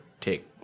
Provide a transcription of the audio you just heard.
take